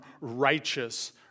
righteous